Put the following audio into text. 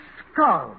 skull